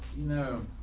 no